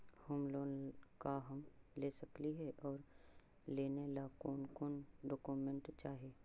Home loan का हम ले सकली हे, और लेने ला कोन कोन डोकोमेंट चाही?